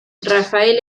rafael